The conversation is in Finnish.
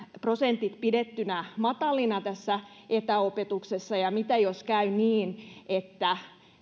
prosentit pidettyä matalina etäopetuksessa ja mitä jos käy niin että